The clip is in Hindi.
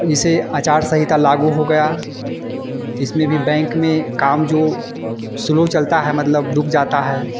और जैसे आचार संहिता लागू हो गया तो इसमें भी बैंक में काम जो स्लो चलता है मतलब रुक जाता है